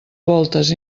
voltes